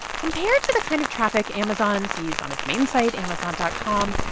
compared with the kind of traffic amazon sees on its main site, amazon dot com,